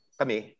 kami